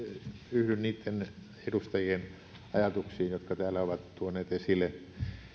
yhdyn niitten edustajien ajatuksiin jotka täällä ovat tuoneet esille